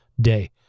day